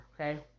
okay